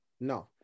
No